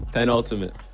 Penultimate